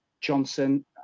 Johnson